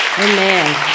Amen